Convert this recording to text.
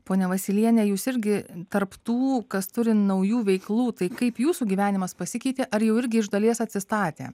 ponia vasyliene jūs irgi tarp tų kas turi naujų veiklų tai kaip jūsų gyvenimas pasikeitė ar jau irgi iš dalies atsistatė